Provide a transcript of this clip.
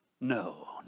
No